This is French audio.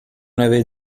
l’avez